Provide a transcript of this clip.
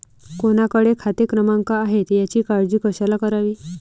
कोणाकडे खाते क्रमांक आहेत याची काळजी कशाला करावी